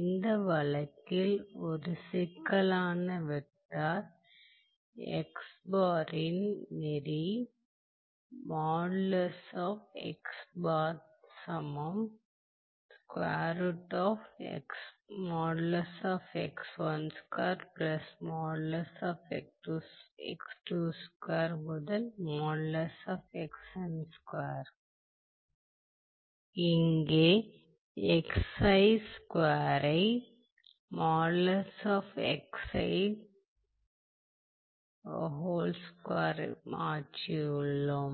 இந்த வழக்கில் ஒரு சிக்கலான வெக்டர் இன் நெறி இங்கே ஐ மாற்றியுள்ளோம்